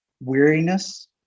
weariness